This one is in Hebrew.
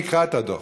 אני אקרא את הדוח.